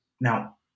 Now